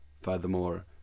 Furthermore